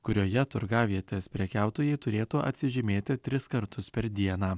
kurioje turgavietės prekiautojai turėtų atsižymėti tris kartus per dieną